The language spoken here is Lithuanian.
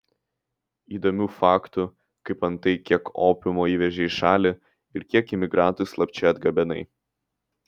įdomių faktų kaip antai kiek opiumo įvežei į šalį ir kiek imigrantų slapčia atgabenai